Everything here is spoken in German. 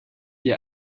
ihr